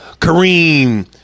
Kareem